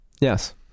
Yes